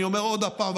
ואני אומר עוד פעם,